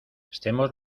estemos